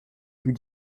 plus